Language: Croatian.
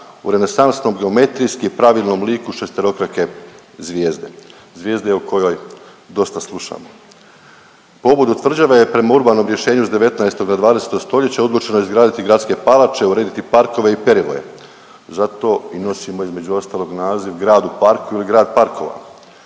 u renesansnom geometrijski pravilnom obliku šesterokrake zvijezde. Zvijezde o kojoj dosta slušamo. Pobudu tvrđave je prema urbanom rješenju iz 19., 20. stoljeća odlučilo izgraditi gradske palače, urediti parkove i perivoje. Zato i nosimo između ostalog naziv grad u parku ili grad parkova.